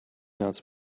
nuts